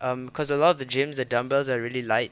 um because a lot of the gyms the dumbbells are really light